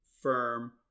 firm